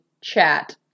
chat